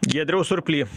giedriau surply